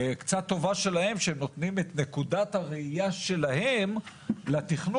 קצת טובה שלהם שהם נותנים את נקודת הראייה שלהם לתכנון,